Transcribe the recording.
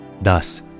Thus